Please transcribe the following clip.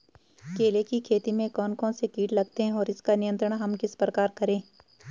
केले की खेती में कौन कौन से कीट लगते हैं और उसका नियंत्रण हम किस प्रकार करें?